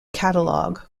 catalog